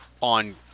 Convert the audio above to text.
on